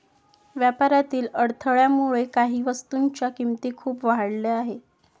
व्यापारातील अडथळ्यामुळे काही वस्तूंच्या किमती खूप वाढल्या आहेत